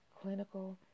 clinical